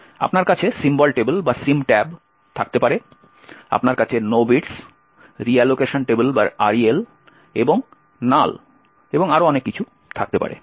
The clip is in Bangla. আপনার কাছে সিম্বল টেবিল থাকতে পারে আপনার কাছে NOBITS রিঅ্যালোকেশন টেবিল এবং NULL এবং আরও অনেক কিছু থাকতে পারে